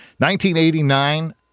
1989